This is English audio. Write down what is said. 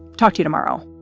talk to you tomorrow